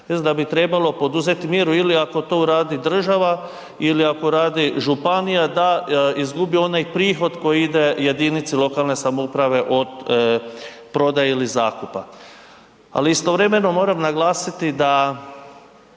da bi trebalo poduzeti mjeru ili ako to uradi država ili ako radi županija da izgubi onaj prihod koji ide jedinici lokalne samouprave od prodaje ili zakupa. Ali istovremeno moram naglasiti da